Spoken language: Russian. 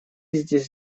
здесь